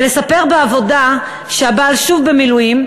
זה לא לספר בעבודה שהבעל שוב במילואים,